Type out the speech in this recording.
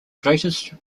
greatest